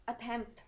attempt